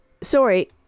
Sorry